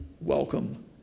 welcome